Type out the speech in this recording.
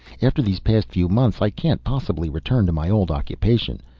after these past few months, i can't possibly return to my old occupation.